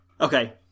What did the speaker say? Okay